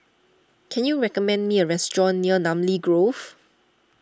can you recommend me a restaurant near Namly Grove